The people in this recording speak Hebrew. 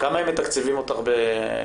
כמה הם מתקצבים אותם ביוספטל?